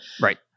right